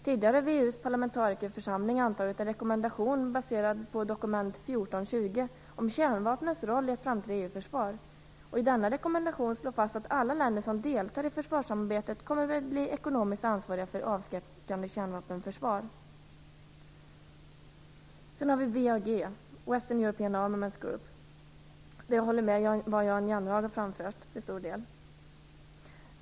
Tidigare har VEU:s parlamentarikerförsamling antagit en rekommendation baserad på dokument denna rekommendation slås fast att alla länder som deltar i försvarssamarbetet kommer att bli ekonomiskt ansvariga för ett avskräckande kärnvapenförsvar. Sedan har vi WEAG, Western European Armaments Group. Där håller jag till stor del med om det som Jan Jennehag har framfört.